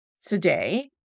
today